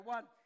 One